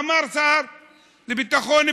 אמר השר לביטחון הפנים.